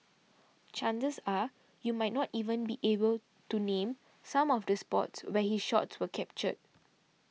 chances are you might not even be able to name some of the spots where his shots were captured